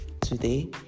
today